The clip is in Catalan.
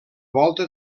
volta